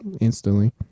instantly